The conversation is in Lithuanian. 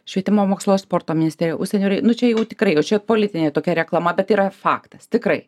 švietimo mokslo ir sporto ministerija užsienio rei nu čia jau tikrai jau čia politinė tokia reklama bet tai yra faktas tikrai